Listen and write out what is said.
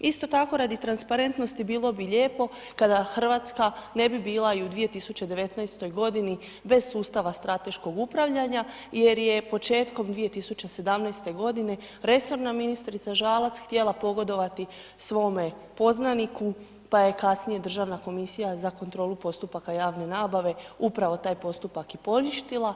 Isto tako radi transparentnosti bilo bi lijepo kada Hrvatska ne bi bila i u 2019. g. bez sustava strateškog upravljanja jer je početkom 2017. g. resorna ministrica Žalac htjela pogodovati svome poznaniku pa je kasnije Državna komisija za kontrolu postupaka javne nabave upravo taj postupak i poništila,